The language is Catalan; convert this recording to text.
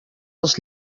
els